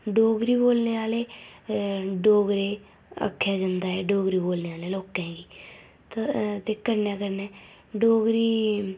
डोगरी बोलने आह्ले गी डोगरे आक्खेआ जंदा ऐ डोगरी बोलने आह्ले लोकें गी ते कन्नै कन्नै डोगरी